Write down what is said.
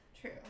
True